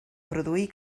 produir